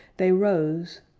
they rose,